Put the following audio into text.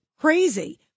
crazy